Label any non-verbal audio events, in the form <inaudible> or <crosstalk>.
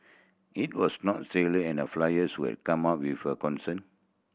it was not <unintelligible> in a flyers <unintelligible> come up with a concern